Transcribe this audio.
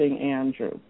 Andrew